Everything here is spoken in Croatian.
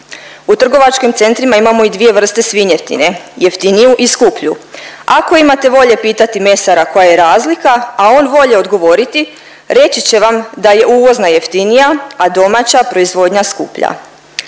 U trgovačkim centrima imamo i dvije vrste svinjetine jeftiniju i skuplju, ako imate volje pitati mesara koja je razlika, a on volje odgovoriti reći će vam da je uvozna jeftinija, a domaća proizvodnja skuplja.